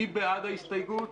מי בעד ההסתייגות?